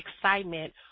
excitement